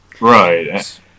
Right